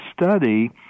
study